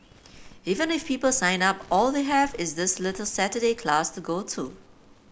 even if people sign up all they have is this little Saturday class to go to